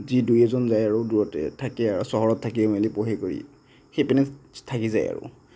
যি দুই এজন যায় আৰু দূৰতে থাকে চহৰত থাকি মেলি পঢ়ি কৰি সেইপিনেই থাকি যায় আৰু